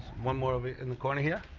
one more of it in the corner here